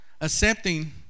accepting